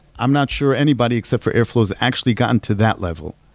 i'm not sure anybody except for airflow's actually gotten to that level.